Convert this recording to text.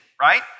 right